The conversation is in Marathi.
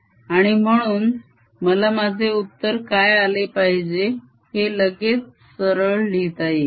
आणि म्हणून मला माझे उत्तर काय आले पाहिजे हे लगेच सरळ लिहिता येईल